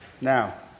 Now